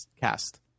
cast